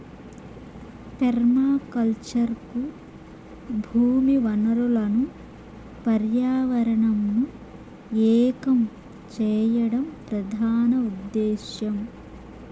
permaculture కు భూమి వనరులను పర్యావరణంను ఏకం చేయడం ప్రధాన ఉదేశ్యం